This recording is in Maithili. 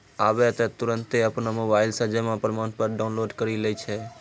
आबै त तुरन्ते अपनो मोबाइलो से जमा प्रमाणपत्र डाउनलोड करि लै छै